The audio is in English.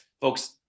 folks